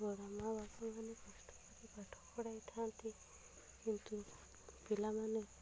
କାରଣ ବାପାମାନେ କଷ୍ଟକରି ପାଠ ପଢ଼ାଇ ଥାଆନ୍ତି କିନ୍ତୁ ପିଲାମାନେ